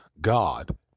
God